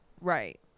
Right